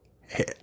hey